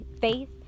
faith